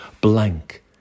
Blank